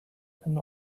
and